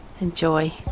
Enjoy